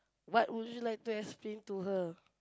what would you like to explain to her